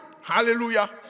Hallelujah